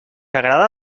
agrada